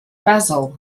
basel